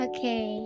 Okay